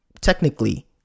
technically